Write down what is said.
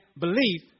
belief